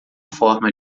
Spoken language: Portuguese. forma